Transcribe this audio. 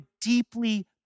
deeply